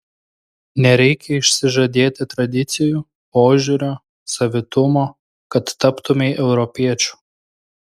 nereikia išsižadėti tradicijų požiūrio savitumo kad taptumei europiečiu